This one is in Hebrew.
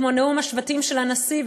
כמו נאום השבטים של הנשיא,